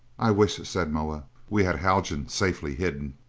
i wish, said moa, we had haljan safely hidden.